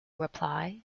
reply